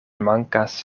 mankas